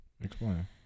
Explain